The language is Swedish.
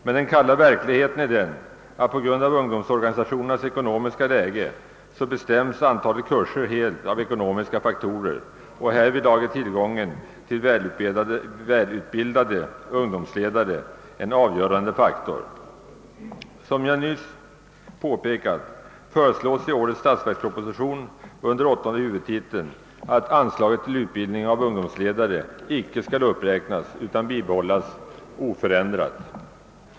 Men den kalla verkligheten är den att på grund av ungdomsorganisationernas ekonomiska läge bestäms antalet kurser helt av ekonomiska faktorer, och härvidlag är tillgången till välutbildade ungdomsledare avgörande. Som jag inledningsvis påpekade föreslås i årets statsverksproposition under åttonde huvudtiteln att anslaget till utbildning av ungdomsledare icke skall uppräknas utan bibehållas oförändrat.